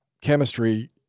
chemistry